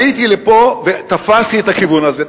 לא במקרה עליתי לפה ותפסתי את הכיוון הזה.